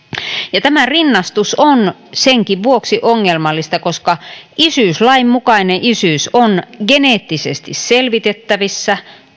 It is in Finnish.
erilainen tämä rinnastus on senkin vuoksi ongelmallista että isyyslain mukainen isyys on geneettisesti selvitettävissä